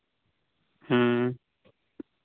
ᱦᱮᱸ